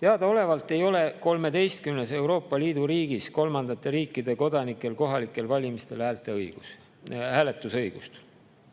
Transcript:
Teadaolevalt ei ole 13‑s Euroopa Liidu riigis kolmandate riikide kodanikel kohalikel valimistel hääletamisõigust.